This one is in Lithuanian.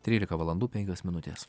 trylika valandų penkios minutės